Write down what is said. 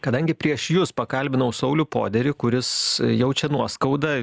kadangi prieš jus pakalbinau saulių poderį kuris jaučia nuoskaudą